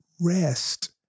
rest